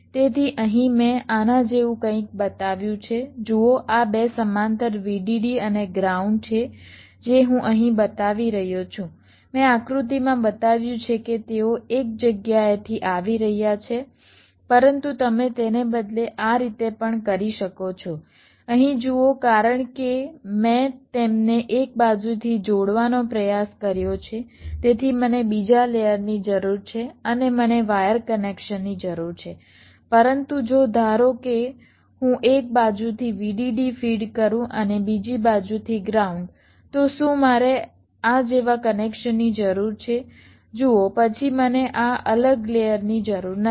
તેથી અહીં મેં આના જેવું કંઈક બતાવ્યું છે જુઓ આ બે સમાંતર VDD અને ગ્રાઉન્ડ છે જે હું અહીં બતાવી રહ્યો છું મેં આકૃતિમાં બતાવ્યું છે કે તેઓ એક જગ્યાએથી આવી રહ્યા છે પરંતુ તમે તેને બદલે આ રીતે પણ કરી શકો છો અહીં જુઓ કારણ કે મેં તેમને એક બાજુથી જોડવાનો પ્રયાસ કર્યો છે તેથી મને બીજા લેયરની જરૂર છે અને મને વાયર કનેક્શનની જરૂર છે પરંતુ જો ધારો કે હું એક બાજુથી VDD ફીડ કરું અને બીજી બાજુથી ગ્રાઉન્ડ તો શું મારે આ જેવા કનેક્શનની જરૂર છે જુઓ પછી મને આ અલગ લેયરની જરૂર નથી